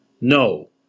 No